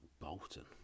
Bolton